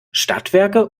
stadtwerke